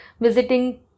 visiting